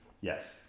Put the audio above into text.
Yes